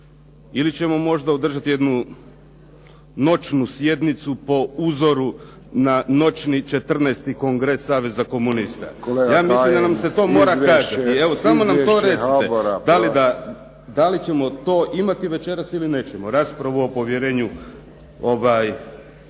Ili ćemo možda održati jednu noćnu sjednicu po uzoru na noćni 14. Kongres saveza komunista. Ja mislim da nam se to mora kazati. Evo samo nam to recite. **Friščić, Josip (HSS)** Kolega Kajin izvješće! Izvješće